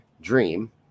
dream